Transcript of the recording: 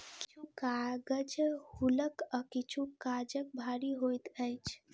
किछु कागज हल्लुक आ किछु काजग भारी होइत अछि